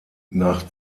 nach